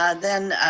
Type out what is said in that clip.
ah then,